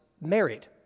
married